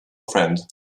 friend